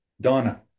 Donna